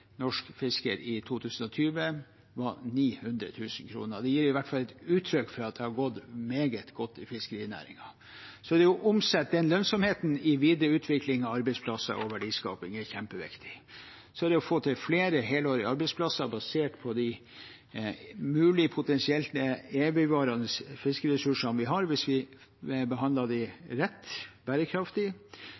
norsk fisker 900 000 kr i 2020. Det gir i hvert fall et uttrykk for at det har gått meget godt i fiskerinæringen. Det å omsette den lønnsomheten i videre utvikling av arbeidsplasser og verdiskaping er kjempeviktig. Så er det å få til flere helårige arbeidsplasser basert på de mulig potensielt evigvarende fiskeressursene vi har, hvis vi behandler dem rett og bærekraftig.